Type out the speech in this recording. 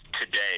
today